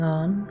on